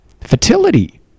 fertility